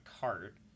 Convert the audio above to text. cart